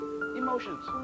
Emotions